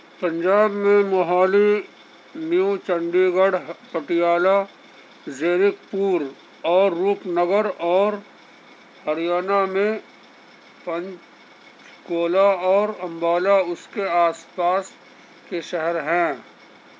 پنجاب میں Mohali new Chandigarh Patiala Zirakpur اور Rupnagar اور ہریانہ میں پنچ کولہ اور امبالہ اس کے آس پاس کے شہر ہیں